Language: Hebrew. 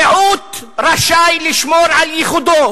מיעוט רשאי לשמור על ייחודו.